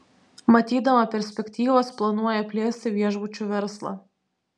matydama perspektyvas planuoja plėsti viešbučių verslą